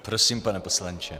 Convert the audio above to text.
Prosím, pane poslanče.